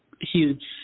huge